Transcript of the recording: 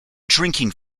drinking